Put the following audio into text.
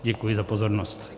Děkuji za pozornost.